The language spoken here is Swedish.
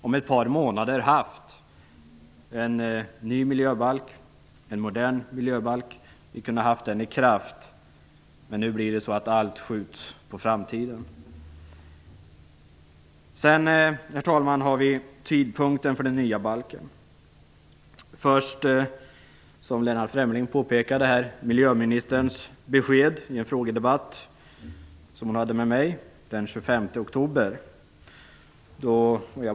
Om ett par månader hade vi kunnat ha en ny, modern miljöbalk i kraft. Men nu skjuts allt på framtiden. Vidare, herr talman, gäller det tidpunkten för den nya balken. Lennart Fremling tog upp miljöministerns besked i en frågedebatt med mig den 25 oktober.